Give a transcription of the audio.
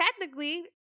technically